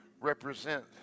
represent